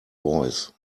voice